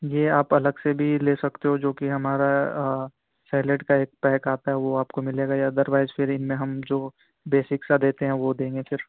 یہ آپ الگ سے بھی لے سکتے ہو جو کہ ہمارا سیلیڈ کا ایک پیک آتا ہے وہ آپ کو ملے گا یا ادروائز فری میں ہم جو بیسک سا دیتے ہیں وہ دیں گے پھر